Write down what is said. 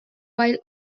while